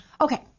Okay